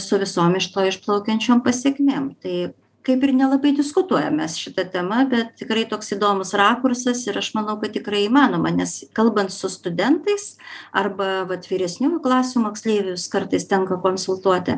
su visom iš to išplaukiančiom pasekmėm tai kaip ir nelabai diskutuojam mes šita tema bet tikrai toks įdomus rakursas ir aš manau kad tikrai įmanoma nes kalbant su studentais arba vat vyresniųjų klasių moksleivius kartais tenka konsultuoti